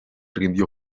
rindió